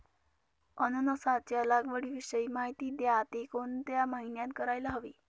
अननसाच्या लागवडीविषयी माहिती द्या, ति कोणत्या महिन्यात करायला हवी?